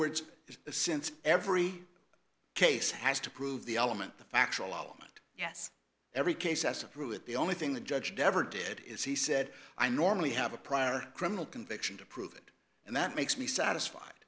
words since every case has to prove the element the factual element yes every case as a rule that the only thing the judge never did is he said i normally have a prior criminal conviction to prove it and that makes me satisfied